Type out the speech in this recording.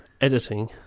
editing